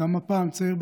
גם הפעם צעיר,